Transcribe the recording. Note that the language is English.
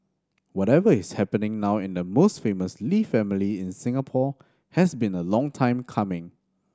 whatever is happening now in the most famous Lee family in Singapore has been a long time coming